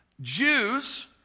Jews